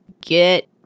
get